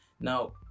Now